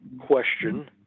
question